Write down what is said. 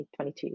2022